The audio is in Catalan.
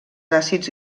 àcids